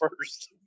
first